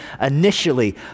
initially